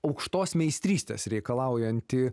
aukštos meistrystės reikalaujantį